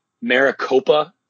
Maricopa